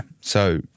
So-